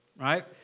right